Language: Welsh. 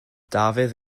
dafydd